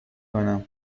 کنم